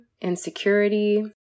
insecurity